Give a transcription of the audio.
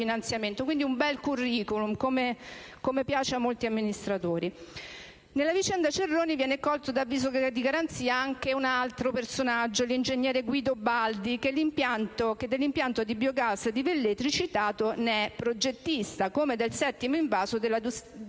un bel *curriculum*, come piace a molti amministratori. Nella vicenda Cerroni, viene colto da avviso di garanzia anche un altro personaggio, l'ingegner Guidobaldi che dell'impianto biogas di Velletri citato ne è progettista, così come del settimo invaso della suddetta